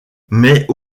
mais